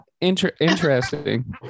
Interesting